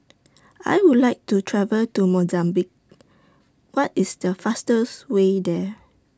I Would like to travel to Mozambique What IS The fastest Way There